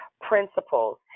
principles